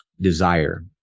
desire